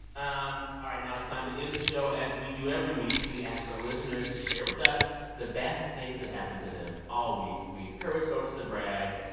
um ah now it's time to end the show as we do every week. we ask our listeners to share with us the best things that happened to them all week. we encourage folks to brag.